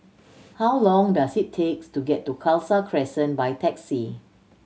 how long does it takes to get to Khalsa Crescent by taxi